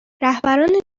رهبران